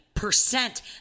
percent